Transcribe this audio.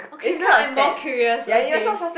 okay now I'm more curious okay